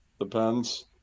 depends